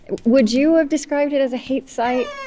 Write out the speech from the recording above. would you have described it as a hate site,